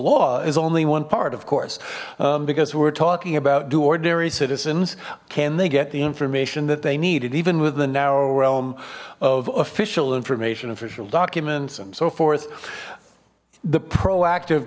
law is only one part of course because we're talking about do ordinary citizens can they get the information that they need it even with the narrow realm of official information official documents and so forth the proactive